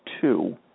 two